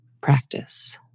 practice